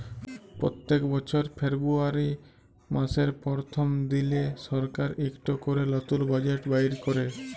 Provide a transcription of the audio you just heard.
প্যত্তেক বছর ফেরবুয়ারি ম্যাসের পরথম দিলে সরকার ইকট ক্যরে লতুল বাজেট বাইর ক্যরে